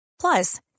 Plus